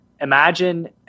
Imagine